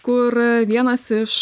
kur vienas iš